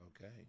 Okay